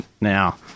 Now